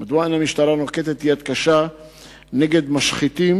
מדוע אין המשטרה נוקטת יד קשה נגד משחיתים